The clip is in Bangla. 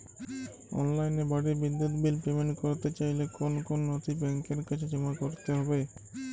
অনলাইনে বাড়ির বিদ্যুৎ বিল পেমেন্ট করতে চাইলে কোন কোন নথি ব্যাংকের কাছে জমা করতে হবে?